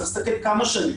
צריך להסתכל כמה שנים.